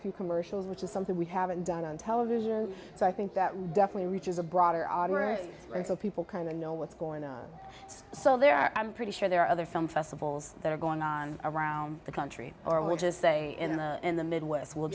few commercials which is something we haven't done on television so i think that we definitely reaches a broader audience or so people kind of know what's going on so there are i'm pretty sure there are other film festivals that are going on around the country or we'll just say in the midwest we'll